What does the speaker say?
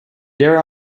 there